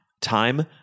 time